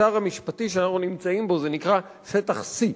במשטר המשפטי שאנחנו נמצאים בו זה נקרא שטחC ,